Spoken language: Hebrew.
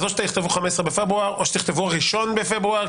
או שתכתבו 15 בפברואר או שתכתבו 1 בפברואר,